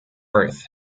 earth